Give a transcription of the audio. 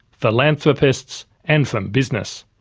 philanthropists and from business.